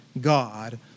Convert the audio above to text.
God